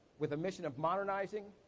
with a mission of modernizing,